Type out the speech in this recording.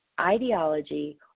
ideology